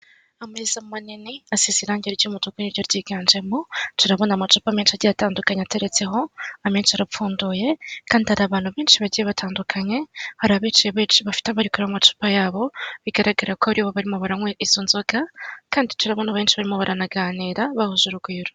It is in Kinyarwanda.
Ameza manini asize irange ry'umutuku niryo ryiganjemo, turabona amacupa menshi agiye atandukanye ateretseho, amenshi arapfunduye kandi hari abantu benshi bagiye batandukanye, hari abicaye barimo barareba amacupa yabo, bigaragara ko aribo barimo baranywa izo nzoga kandi turabona abenshi barimo baraganira bahuje urugwiro.